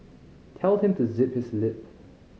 tell him to zip his lip